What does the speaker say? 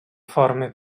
formy